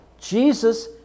Jesus